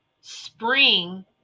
spring